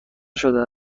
شده